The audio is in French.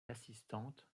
l’assistante